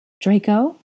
Draco